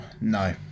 no